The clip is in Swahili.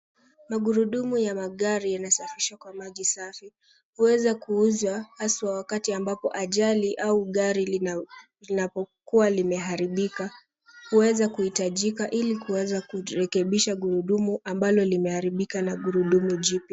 Magurudumu ya magari yanasafishwa kwa maji safi. Huweza kuuzwa haswa wakati ambapo ajali au gari linapokuwa limeharibika. Huweza kuhitajika ili kuweza kurekebisha gurudumu ambalo limeharibika na gurudumu jipya.